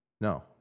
No